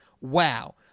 wow